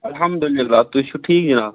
اَحمد اللہ تُہۍ چھُو ٹھیٖک جناب